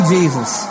Jesus